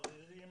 עריריים